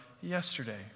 yesterday